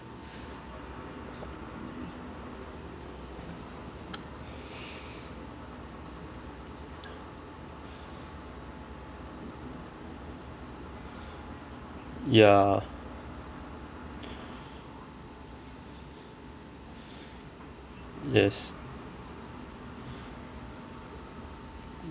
ya yes